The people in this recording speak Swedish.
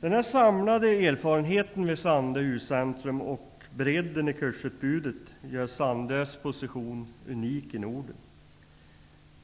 Den samlade erfarenheten vid Sandö U-centrum och bredden i kursutbudet gör Sandös position unik i Norden.